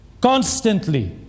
Constantly